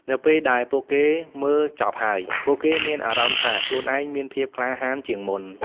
នៅពេលដែលពួកគេមើលចប់ហើយ ពួកគេមានអារម្មណ៍ថាខ្លួនឯងមានភាពក្លាហានជាងមុន។